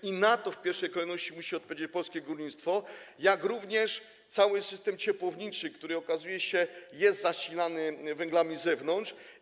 I na to w pierwszej kolejności musi odpowiedzieć polskie górnictwo, jak również cały system ciepłowniczy, który, okazuje się, jest zasilany węglami z zewnątrz.